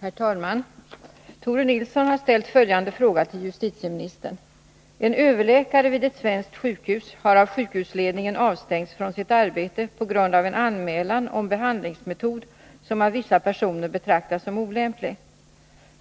Herr talman! Tore Nilsson har ställt följande fråga till justitieministern. ”En överläkare vid ett svenskt sjukhus har av sjukhusledningen avstängts från sitt arbete på grund av en anmälan om behandlingsmetod, som av vissa personer betraktas som olämplig.